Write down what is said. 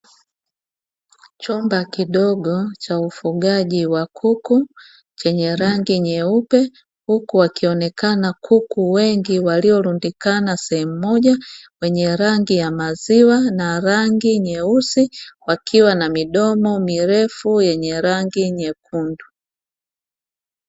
Chumba kidogo cha ufugaji wa kuku chenye rangi nyeupe, huku wakionekana kuku wengi waliolundikana sehemu moja wenye rangi ya maziwa na rangi nyeusi wakiwa na midomo mirefu yenye rangi nyekundu.